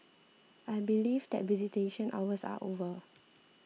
I believe that visitation hours are over